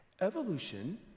Evolution